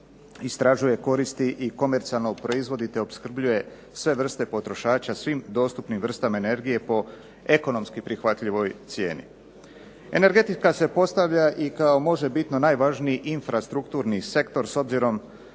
istražuje, koristi i komercijalno proizvodi te opskrbljuje sve vrste potrošača svim dostupnim vrstama energije po ekonomski prihvatljivoj cijeni. Energetika se postavlja i kao možebitno najvažniji infrastrukturni sektor s obzirom